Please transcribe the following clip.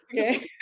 Okay